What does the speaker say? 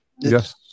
Yes